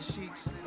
sheets